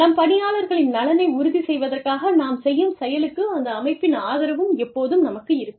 நம் பணியாளர்களின் நலனை உறுதி செய்வதற்காக நாம் செய்யும் செயலுக்கு அந்த அமைப்பின் ஆதரவும் எப்போதும் நமக்கு இருக்கும்